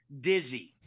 dizzy